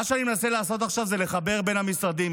מה שאני מנסה לעשות עכשיו זה לחבר בין המשרדים,